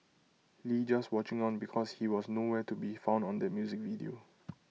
lee just watching on because he was no where to be found on that music video